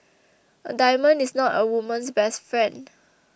a diamond is not a woman's best friend